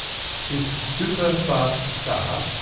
this super-fast star,